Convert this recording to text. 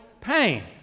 pain